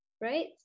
right